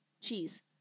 cheese